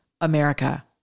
America